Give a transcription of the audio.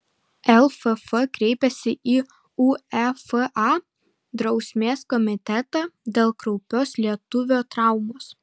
lff kreipėsi į uefa drausmės komitetą dėl kraupios lietuvio traumos